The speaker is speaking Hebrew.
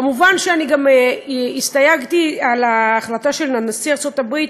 מובן שאני גם הסתייגתי מההחלטה של נשיא ארצות-הברית